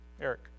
Eric